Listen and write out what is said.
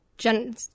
Jen